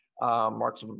Mark's